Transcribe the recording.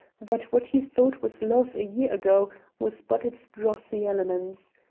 that what he thought was love a year ago was but its drossy elements.